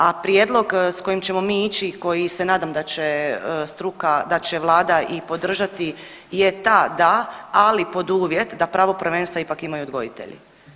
A prijedlog sa kojim ćemo mi ići koji se nadam da će struka da će Vlada i podržati je ta da, ali pod uvjet da pravo prvenstva ipak imaju odgojitelji.